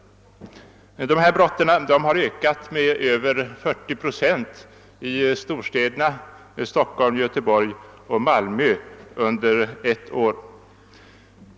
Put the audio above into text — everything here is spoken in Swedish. Dessa brott har ökat med över 40 procent under ett år i storstäderna Stockholm, Göteborg och Malmö.